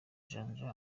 janja